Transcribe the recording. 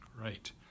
Right